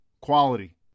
Quality